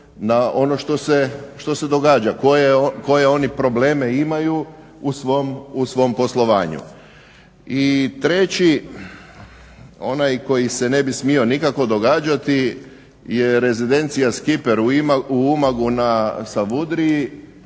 na ono što se događa, koji one probleme imaju u svom poslovanju. I treći onaj koji se ne bi smio nikako događati je Rezidencija Skiper u Umagu na Savudriji